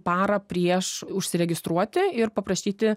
parą prieš užsiregistruoti ir paprašyti